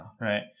right